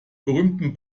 berühmten